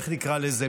איך נקרא לזה?